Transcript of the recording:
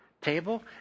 table